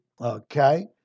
Okay